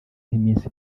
nk’iminsi